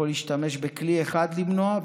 אתה יכול להשתמש בכלי אחד למנוע,